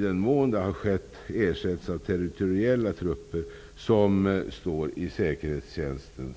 den mån trupper dras tillbaka ersätts de av territoriella trupper från säkerhetstjänsten.